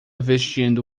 vestindo